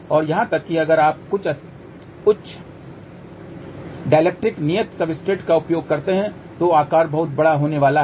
और यहां तक कि अगर आप बहुत उच्च डायलेक्ट्रिक नियत सब्सट्रेट का उपयोग करते हैं तो आकार बहुत बड़ा होने वाला है